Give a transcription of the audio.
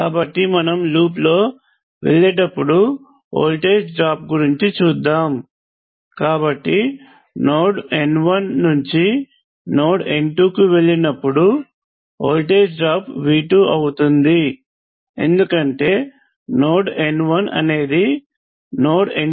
కాబట్టి మనము లూప్ లో వెళ్ళేటప్పుడు వోల్టేజ్ డ్రాప్ గురించి చూద్దాం కాబట్టి నోడ్ n1 నుంచి నోడ్ n2 కి వెళ్ళినపుడు వోల్టేజ్ డ్రాప్ V2 అవుతుంది ఎందుకంటే నోడ్ n1 అనేది నోడ్ n2 కన్నా V2ఎక్కువ